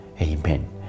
Amen